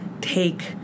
take